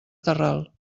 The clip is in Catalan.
terral